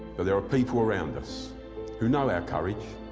but there are people around us who know our courage,